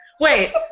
Wait